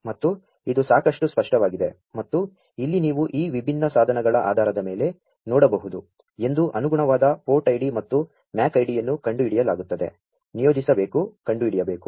ಮತ್ತು ಇದು ಸಾ ಕಷ್ಟು ಸ್ಪಷ್ಟ ವಾ ಗಿದೆ ಮತ್ತು ಇಲ್ಲಿ ನೀ ವು ಈ ವಿಭಿನ್ನ ಸಾ ಧನಗಳ ಆಧಾ ರದ ಮೇ ಲೆ ನೋ ಡಬಹು ದು ಎಂ ದು ಅನು ಗು ಣವಾ ದ ಪೋ ರ್ಟ್ ಐಡಿ ಮತ್ತು MAC ಐಡಿಯನ್ನು ಕಂ ಡು ಹಿಡಿಯಲಾ ಗು ತ್ತದೆ ನಿಯೋ ಜಿಸಬೇ ಕು ಕಂ ಡು ಹಿಡಿಯಬೇ ಕು